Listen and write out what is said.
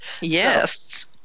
yes